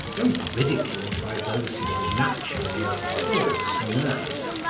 though ridiculed by those who are naturally of coarse nerves,